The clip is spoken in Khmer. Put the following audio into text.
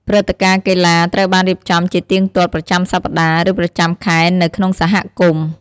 ព្រឹត្តិការណ៍កីឡាត្រូវបានរៀបចំជាទៀងទាត់ប្រចាំសប្ដាហ៍ ឬប្រចាំខែនៅក្នុងសហគមន៍។